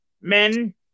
men